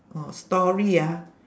orh story ah